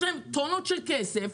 איפה שכספונט עכשיו בחרו לשים כספומטים,